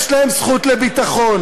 יש להם זכות לביטחון.